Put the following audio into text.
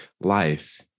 life